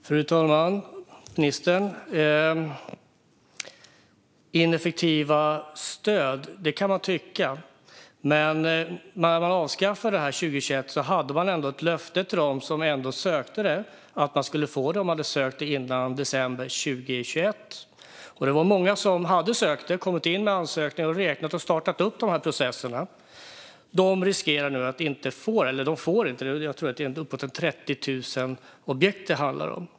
Fru talman och ministern! Man kan tycka att detta är ett ineffektivt stöd, men när man avskaffade det 2021 gav man ändå ett löfte till dem som sökte stödet att de skulle få det om de hade sökt det före december 2021. Det var många som hade kommit in med ansökningar, räknat och startat processer. De riskerar nu att inte få stödet - eller de får det inte, rättare sagt. Jag tror att det handlar om uppemot 30 000 objekt.